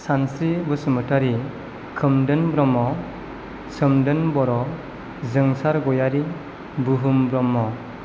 सानस्रि बसुमतारी खोमदोन ब्रह्म सोमदोन बर' जोंसार गयारि बुहुम ब्रह्म